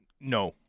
No